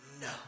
no